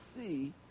see